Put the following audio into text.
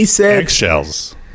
eggshells